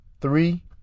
Three